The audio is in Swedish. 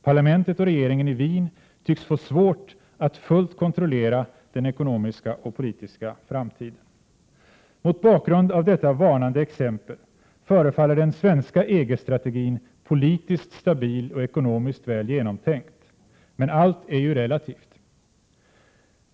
Parlamentet och regeringen i Wien tycks få svårt att fullt kontrollera den ekonomiska och politiska framtiden. Mot bakgrund av detta varnande exempel förefaller den svenska EG strategin politiskt stabil och ekonomiskt väl genomtänkt. Men allt är ju relativt.